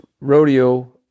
rodeo